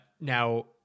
now